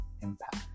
impact